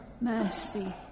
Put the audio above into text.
mercy